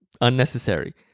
unnecessary